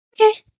Okay